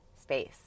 space